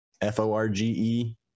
f-o-r-g-e